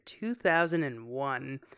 2001